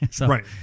right